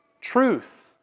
Truth